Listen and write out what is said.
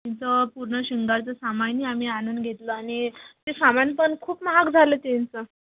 तिचं पूर्ण शृंगारचं सामानही आम्ही आणून घेतलं आणि ते सामान पण खूप महाग झालं त्यांचं